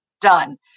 Done